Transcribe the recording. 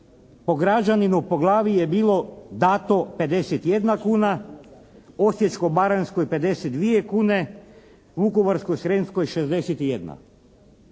po građaninu po glavi je bilo dato 51 kuna, Osječko-baranjskoj 52 kune, Vukovarsko-srijemskoj 61.